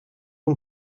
und